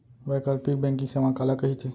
वैकल्पिक बैंकिंग सेवा काला कहिथे?